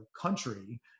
country